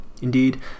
Indeed